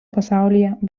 pasaulyje